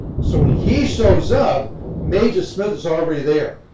so when he shows up major smith is already there.